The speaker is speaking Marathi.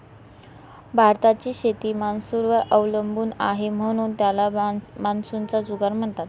भारताची शेती मान्सूनवर अवलंबून आहे, म्हणून त्याला मान्सूनचा जुगार म्हणतात